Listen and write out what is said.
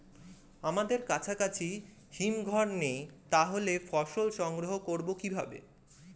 আমাদের কাছাকাছি হিমঘর নেই তাহলে ফসল সংগ্রহ করবো কিভাবে?